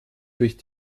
durch